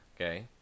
Okay